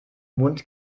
mund